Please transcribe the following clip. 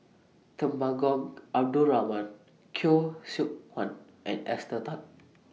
Temenggong Abdul Rahman Khoo Seok Wan and Esther Tan